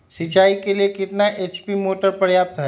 सिंचाई के लिए कितना एच.पी मोटर पर्याप्त है?